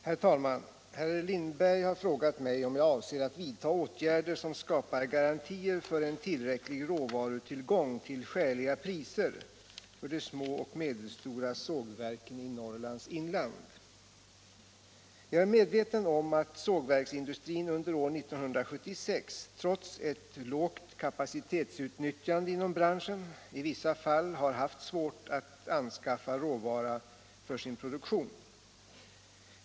Herr talman! Herr Lindberg har frågat mig om jag avser att vidta åtgärder som skapar garantier för en tillräcklig råvarutillgång till skäliga priser för de små och medelstora sågverken i Norrlands inland. Jag är medveten om att sågverksindustrin under år 1976, trots ett lågt kapacitetsutnyttjande inom branschen, i vissa fall har haft svårt att anskaffa råvara för sin produktion.